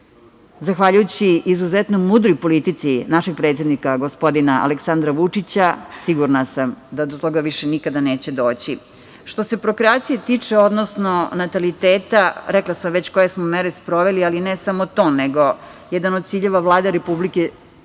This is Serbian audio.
zahvaljujući izuzetno mudroj politici našeg predsednika gospodina Aleksandra Vučića, sigurna sam da do toga nikada više neće doći. Što se prokreacije odnosno nataliteta, rekla sam već koje smo mere sproveli, ali ne samo to, jedan od ciljeva Vlade Republike Srbije